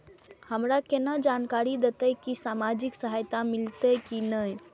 हमरा केना जानकारी देते की सामाजिक सहायता मिलते की ने?